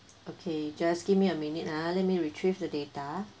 okay just give me a minute ah let me retrieve the data